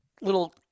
little